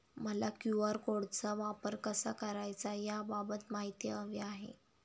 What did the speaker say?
मला क्यू.आर कोडचा वापर कसा करायचा याबाबत माहिती हवी आहे